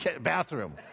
bathroom